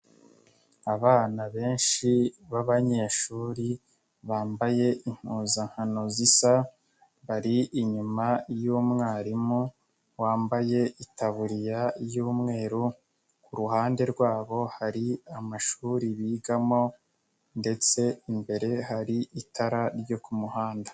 Abana benshi b'abanyeshuri bambaye impuzankano zisa, bari inyuma y'umwarimu wambaye itaburiya y'umweru, ku ruhande rwabo hari amashuri bigamo ndetse imbere hari itara ryo ku muhanda.